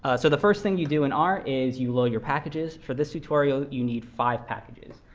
ah so the first thing you do in r is you load your packages. for this tutorial, you need five packages.